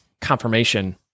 confirmation